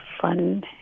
fun